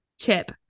Chip